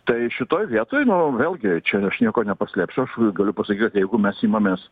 tai šitoj vietoj nu vėlgi čia aš nieko nepaslėpsiu aš galiu pasakyt kad jeigu mes imamės